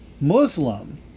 Muslim